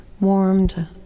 warmed